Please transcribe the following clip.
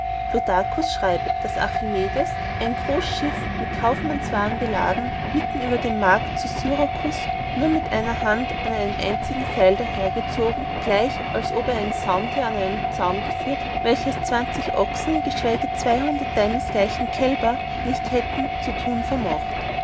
schreibet daß archimedes ein groß schiff mit kaufmannswaren beladen mitten über den markt zu syracusis nur mit einer hand an einem einzigen seil dahergezogen gleich als ob er ein saumtier an einem zaum geführet welches ochsen geschweige zweihundert deinesgleichen kälber nicht hätten zu tun vermöcht